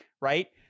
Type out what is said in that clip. right